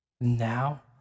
Now